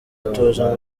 atoza